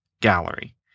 gallery